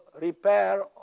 repair